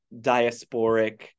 diasporic